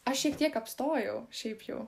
aš šiek tiek apstojau šiaip jau